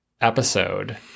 episode